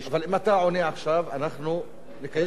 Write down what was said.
אם אתה עונה עכשיו אנחנו נקיים